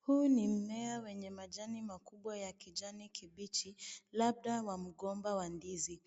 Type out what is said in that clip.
Huu ni mmea wenye majani makubwa ya kijani kibichi labda wa mgomba wa ndizi.